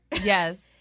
Yes